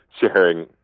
sharing